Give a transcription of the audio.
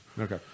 Okay